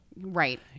Right